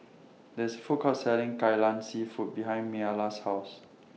There IS Food Court Selling Kai Lan Seafood behind Myla's House